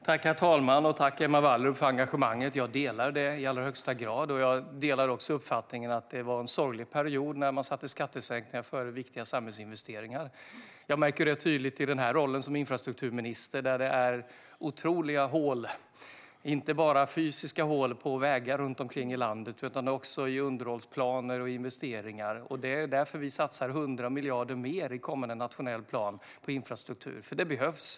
Herr talman! Tack, Emma Wallrup, för engagemanget! Jag delar det i allra högsta grad, och jag delar också uppfattningen att det var en sorglig period när man satte skattesänkningar före viktiga samhällsinvesteringar. Jag märker tydligt i rollen som infrastrukturminister att det är otroliga hål, inte bara fysiska hål på vägar runt omkring i landet utan också i underhållsplaner och investeringar. Det är därför som vi satsar 100 miljarder mer i kommande nationell plan på infrastruktur, för det behövs.